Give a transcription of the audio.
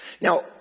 Now